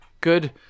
good